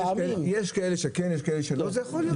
יש כאלה שכן יש כאלה שלא, זה יכול להיות.